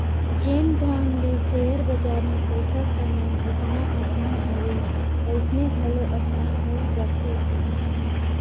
जेन ढंग ले सेयर बजार में पइसा कमई ओतना असान हवे वइसने घलो असान होए जाथे